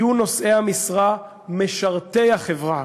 יהיו נושאי המשרה משרתי החברה